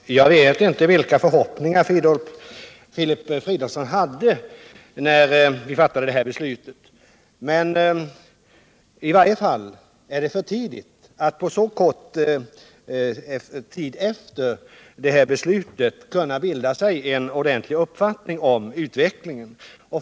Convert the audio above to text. Herr talman! Jag vet inte vilka förhoppningar Filip Fridolfsson hade när vi fattade detta beslut i riksdagen, men det är i varje fall inte möjligt att så kort tid efter beslutet bilda sig en ordentlig uppfattning om utvecklingen.